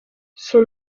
son